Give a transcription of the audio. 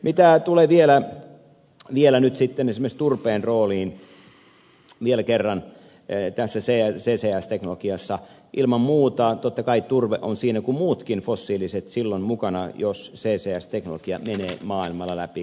mitä tulee vielä nyt sitten esimerkiksi turpeen rooliin vielä kerran tässä ccs teknologiassa ilman muuta totta kai turve on siinä niin kuin muutkin fossiiliset silloin mukana jos ccs teknologia menee maailmalla läpi